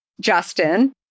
Justin